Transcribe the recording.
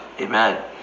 Amen